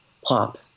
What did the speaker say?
pop